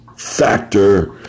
Factor